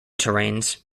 terrains